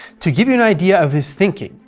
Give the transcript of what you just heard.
to give you an idea of his thinking,